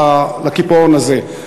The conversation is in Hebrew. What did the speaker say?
לקיפאון הזה.